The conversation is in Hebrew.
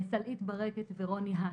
סלעית ברקת ורוני הס.